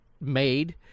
made